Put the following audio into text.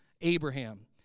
Abraham